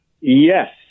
yes